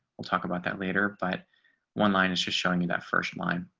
we'll talk about that later. but one line is just showing you that first line.